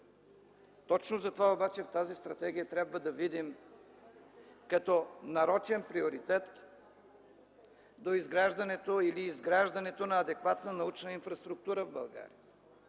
Точно затова обаче в тази стратегия трябва да видим като нарочен приоритет доизграждането или изграждането на адекватна научна инфраструктура в България.